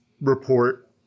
report